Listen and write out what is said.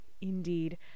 Indeed